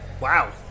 Wow